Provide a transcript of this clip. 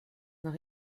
nach